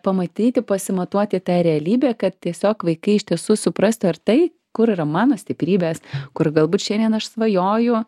pamatyti pasimatuoti tą realybę kad tiesiog vaikai iš tiesų suprastų ar tai kur yra mano stiprybės kur galbūt šiandien aš svajoju